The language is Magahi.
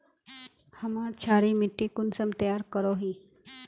हमार क्षारी मिट्टी कुंसम तैयार करोही?